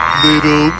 little